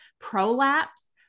Prolapse